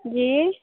جی